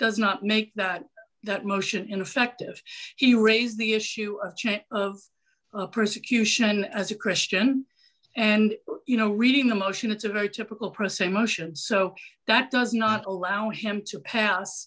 does not make that that motion ineffective he raised the issue of chain of persecution as a christian and you know reading the motion it's a very typical press a motion so that does not allow him to pass